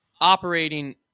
operating